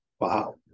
wow